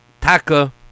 Taka